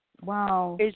Wow